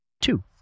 Two